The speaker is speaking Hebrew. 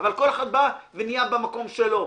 אבל כל אחד בא ונהיה במקום שלו.